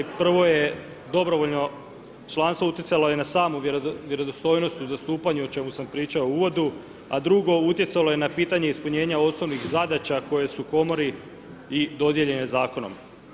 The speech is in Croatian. Prvo je dobrovoljno članstvo utjecalo je na samu vjerodostojnost u zastupanju, o čemu sam pričao u uvodu, a drugo, utjecalo je na pitanje ispunjenja osnovnih zadaća koje su komori i dodijeljene zakonom.